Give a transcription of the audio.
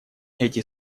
эти